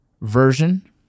version